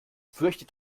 fürchtet